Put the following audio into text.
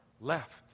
left